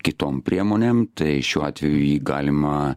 kitom priemonėm tai šiuo atveju jį galima